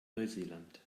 neuseeland